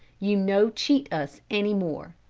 you no cheat us anymore